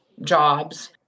jobs